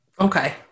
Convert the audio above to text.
Okay